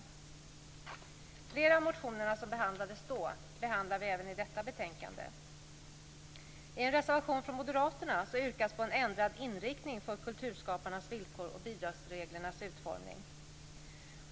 Flera av motionerna som behandlades då behandlar vi även i detta betänkande. I en motion från moderaterna yrkas på en ändrad inriktning av kulturskaparnas villkor och bidragsreglernas utformning.